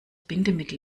bindemittel